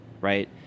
right